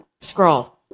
Scroll